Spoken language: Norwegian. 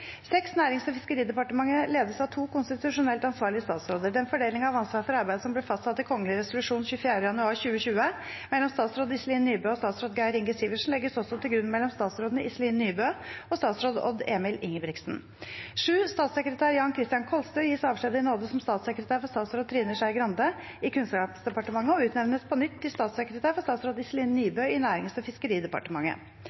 Nærings- og fiskeridepartementet ledes av to konstitusjonelt ansvarlige statsråder. Den fordeling av ansvar for arbeid som ble fastsatt i kongelig resolusjon 24. januar 2020 mellom statsråd Iselin Nybø og statsråd Geir Inge Sivertsen legges også til grunn mellom statsrådene Iselin Nybø og statsråd Odd Emil Ingebrigtsen. Statssekretær Jan Christian Kolstø gis avskjed i nåde som statssekretær for statsråd Trine Skei Grande i Kunnskapsdepartementet og utnevnes på nytt til statssekretær for statsråd Iselin